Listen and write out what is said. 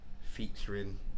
featuring